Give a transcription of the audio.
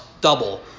double